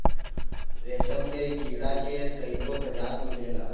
रेशम के कीड़ा के कईगो प्रजाति मिलेला